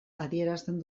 adierazten